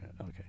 Okay